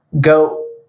go